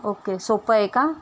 okay सोपं आहे का